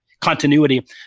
continuity